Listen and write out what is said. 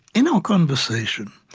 in our conversation,